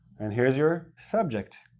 and here's your subject